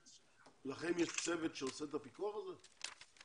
לכם יש צוות שעושה את הפיקוח הזה?